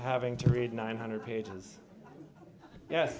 having to read nine hundred pages ye